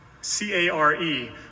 C-A-R-E